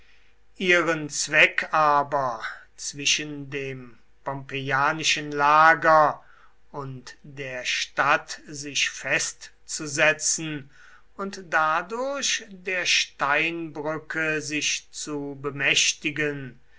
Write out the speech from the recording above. ihren zweck aber zwischen dem pompeianischen lager und der stadt sich festzusetzen und dadurch der steinbrücke sich zu bemächtigen